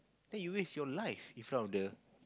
then you waste your life